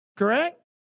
Correct